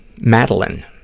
Madeline